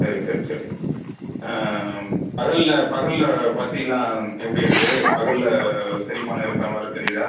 சரி சரி சரி பகலில் பகலில் பசிலாம் எப்படி இருக்குது பகலில் செரிமானம் இருக்குற மாதிரி தெரியுதா